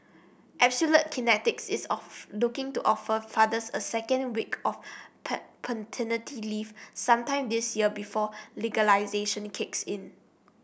Absolute Kinetics is of looking to offer fathers a second week of paternity leave sometime this year before legislation kicks in